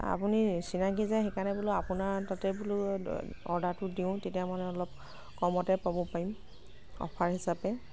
আপুনি চিনাকি যে সেইকাৰণে বোলো আপোনাৰ তাতে বোলো অৰ্ডাৰটো দিওঁ তেতিয়া মানে অলপ কমতে পাব পাৰিম অফাৰ হিচাপে